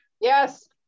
Yes